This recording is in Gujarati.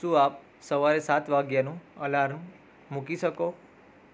શું આપ સવારે સાત વાગ્યાનું અલાર્મ મૂકી શકો